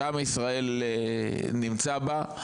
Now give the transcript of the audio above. שעם ישראל נמצא בה,